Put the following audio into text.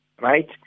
right